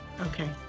Okay